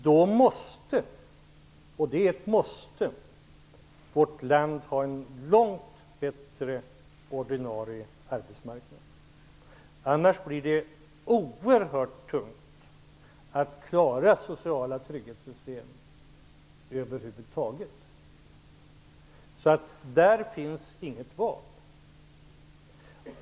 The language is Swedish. Då måste -- och det är ett måste -- vårt land ha en långt bättre ordinarie arbetsmarknad, annars blir det oerhört tungt att klara de sociala trygghetssystemen över huvud taget. Där finns alltså inget val.